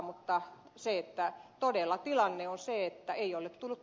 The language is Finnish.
mutta tilanne on todella se että ei ole tullut